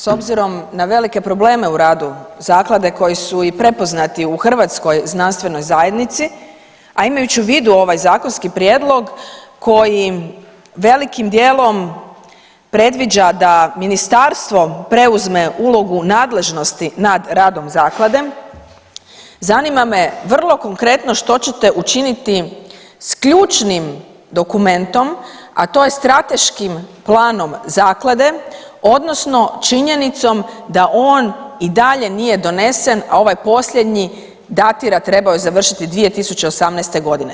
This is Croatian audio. S obzirom na velike probleme u radu zaklade koji su i prepoznati u hrvatskoj znanstvenoj zajednici, a imajući u vidu ovaj zakonski prijedlog kojim velikim dijelom predviđa da ministarstvo preuzme ulogu nadležnosti nad radom zaklade, zanima me vrlo konkretno što ćete učiniti s ključnim dokumentom, a to je strateškim planom zaklade odnosno činjenicom da on i dalje nije donesen, a ovaj posljednji datira trebao je završiti 2018. godina.